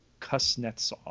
kusnetsov